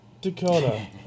Dakota